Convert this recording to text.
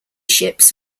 ships